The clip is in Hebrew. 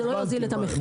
זה לא יוזיל את המחיר.